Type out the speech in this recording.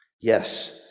Yes